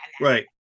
Right